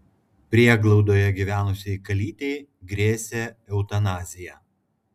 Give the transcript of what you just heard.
prieglaudoje gyvenusiai kalytei grėsė eutanazija